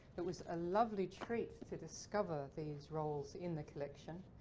it was a lovely treat to discover these rolls in the collection.